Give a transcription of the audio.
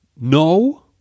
no